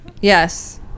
yes